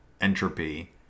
entropy